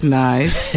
nice